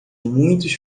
muitos